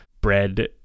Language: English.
bread